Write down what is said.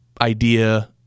idea